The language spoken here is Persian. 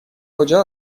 کجا